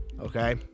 Okay